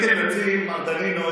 מר דנינו,